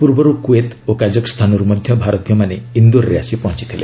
ପୂର୍ବରୁ କୁଏତ ଓ କାଜଖସ୍ତାନରୁ ମଧ୍ୟ ଭାରତୀୟମାନେ ଇନ୍ଦୋରରେ ଆସି ପହଞ୍ଚିଥିଲେ